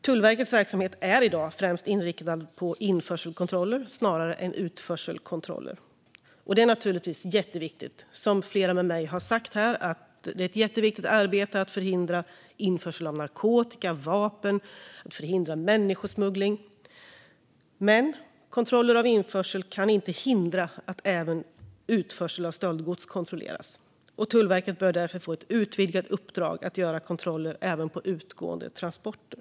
Tullverkets verksamhet är i dag främst inriktad på införselkontroller snarare än utförselkontroller. Det är naturligtvis ett jätteviktigt arbete, som flera med mig har sagt här, att förhindra införsel av narkotika och vapen samt att förhindra människosmuggling. Men kontroller av införsel ska inte hindra att även utförsel av stöldgods kontrolleras. Tullverket bör därför få ett utvidgat uppdrag att göra kontroller även på utgående transporter.